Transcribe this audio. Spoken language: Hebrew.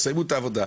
תסיימו את העבודה.